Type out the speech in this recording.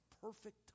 perfect